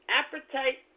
appetite